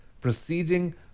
proceeding